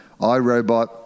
iRobot